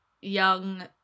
young